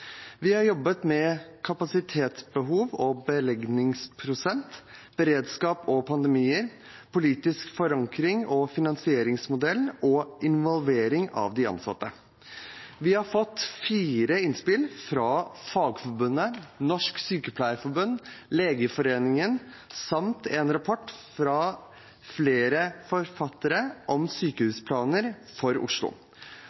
Vi har jobbet med kapasitetsbehov og belegningsprosent, beredskap og pandemier, politisk forankring, finansieringsmodell og involvering av de ansatte. Vi har fått fire innspill, fra Fagforbundet, Norsk sykepleierforbund, Legeforeningen samt en rapport fra flere forfattere om